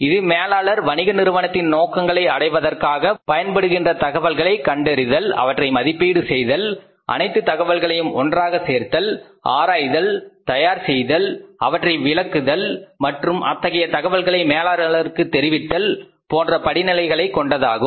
இது மேலாளர் வணிக நிறுவனத்தின் நோக்கங்களை அடைவதற்காக பயன்படுகின்ற தகவல்களை கண்டறிதல் அவற்றை மதிப்பீடு செய்தல் அனைத்து தகவல்களையும் ஒன்றாக சேர்த்தல் ஆராய்தல் தயார் செய்தல் அவற்றை விளக்குதல் மற்றும் அத்தகைய தகவல்களை மேலாளருக்கு தெரிவித்தல் போன்ற படிநிலைகளை கொண்டதாகும்